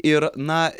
ir na